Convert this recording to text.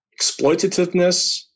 exploitativeness